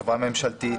חברה ממשלתית".